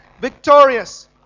victorious